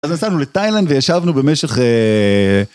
אז נסענו לתאילנד וישבנו במשך...